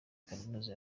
kaminuza